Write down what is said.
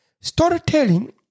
storytelling